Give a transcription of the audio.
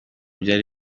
byari